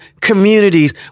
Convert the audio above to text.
communities